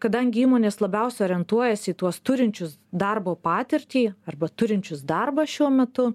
kadangi įmonės labiausia orientuojasi į tuos turinčius darbo patirtį arba turinčius darbą šiuo metu